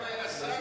היה שר,